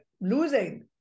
losing